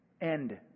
end